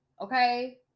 Okay